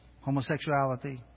homosexuality